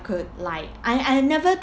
could like I I never